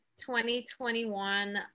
2021